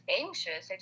anxious